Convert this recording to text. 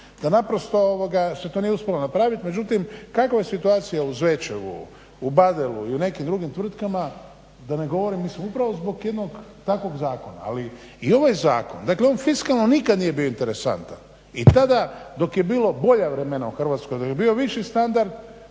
da naprosto se to nije uspjelo napraviti, međutim kakva je situacija u Zvečevu, u Badelu i u nekim drugim tvrtkama da ne govorim, mi smo upravo zbog jednog takvog zakona, ali i ovaj zakon. Dakle on fiskalno nikad nije bio interesantan, i tada dok je bilo bolja vremena u Hrvatskoj, dok je bio viši standard